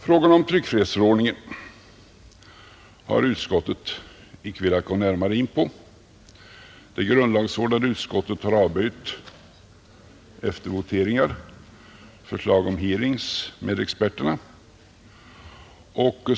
Frågan om tryckfrihetsförordningen har utskottet icke velat gå närmare in på. Det grundlagsvårdande utskottet har efter voteringar avböjt förslag om hearings med experterna.